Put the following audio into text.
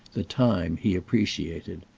the time he appreciated.